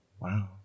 Wow